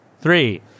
Three